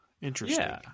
Interesting